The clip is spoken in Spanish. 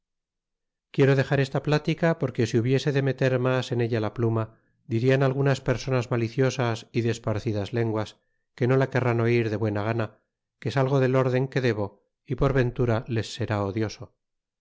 quiero dexar esta plática porque si hubiese de meter mas en ella la pluma dirian algunas personas maliciosas y despartidas lenguas que no la querrán oir de buena gana que salgo del rden que debo y por ventura les sera odioso